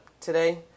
today